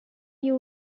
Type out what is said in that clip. you